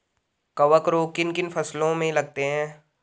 कवक रोग किन किन फसलों में लगते हैं?